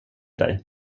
dig